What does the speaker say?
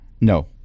No